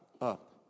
up